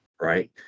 Right